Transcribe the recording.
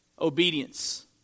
Obedience